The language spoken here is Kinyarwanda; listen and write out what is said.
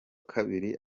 kabiri